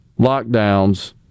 lockdowns